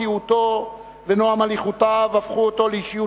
בקיאותו ונועם הליכותיו הפכו אותו לאישיות